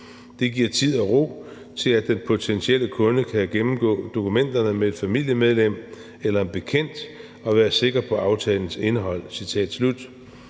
Det giver tid og ro til, at den potentielle kunde kan gennemgå dokumenterne med et familiemedlem eller en bekendt og være sikker på aftalens indhold«.